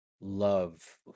love